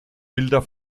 bilder